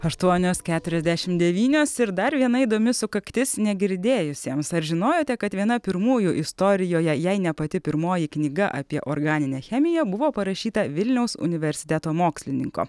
aštuonios keturiasdešimt devynios ir dar viena įdomi sukaktis negirdėjusiems ar žinojote kad viena pirmųjų istorijoje jei ne pati pirmoji knyga apie organinę chemiją buvo parašyta vilniaus universiteto mokslininko